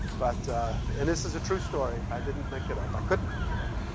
but and this is a true story. i didn't make it up. i couldn't make it up.